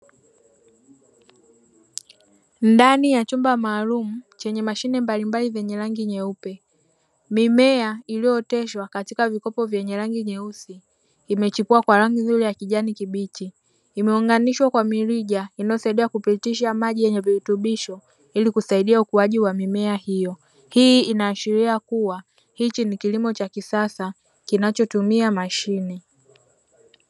Ndani ya chumba maalumu chenye mashine mbalimbali zenye rangi nyeupe. Mimea iliyooteshwa katika vikopo vyenye rangi nyeusi, vimechipua kwa rangi nzuri ya kijani kibichi. Imeunganishwa kwa mirija inayosaidia kupitisha maji yenye virutubisho ili kusaidia ukuaji wa mimea hiyo. Hii inaashiria kuwa hichi ni kilimo cha kisasa kinachotumia mashine.